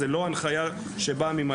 בכל אופן, זו לא הנחיה שבאה ממל"ג.